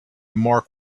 mark